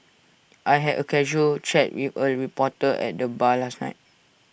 I had A casual chat with A reporter at the bar last night